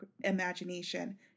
imagination